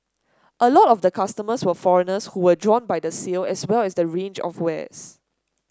a lot of the customers were foreigners who were drawn by the sale as well as the range of wares